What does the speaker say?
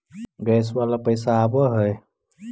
Gas वाला पैसा आव है?